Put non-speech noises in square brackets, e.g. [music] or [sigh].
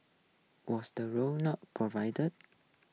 was the route not provide [noise]